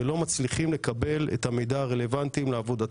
מצליחים לקבל את המידע הרלוונטי לעבודתם.